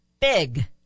big